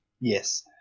Yes